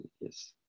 Yes